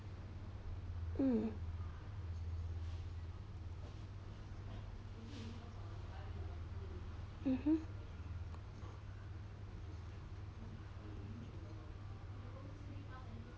mm mmhmm